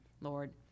Lord